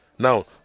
Now